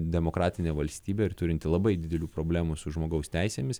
demokratinė valstybė turinti labai didelių problemų su žmogaus teisėmis